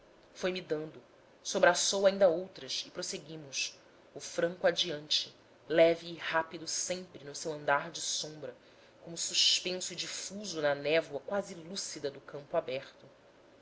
outra foi-me dando sobraçou ainda outras e prosseguimos o franco adiante leve e rápido sempre no seu andar de sombra como suspenso e difuso na névoa quase lúcida do campo aberto